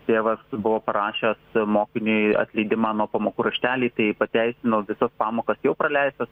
tėvas buvo parašęs mokiniui atleidimą nuo pamokų raštelį tai pateisino visas pamokas jau praleistas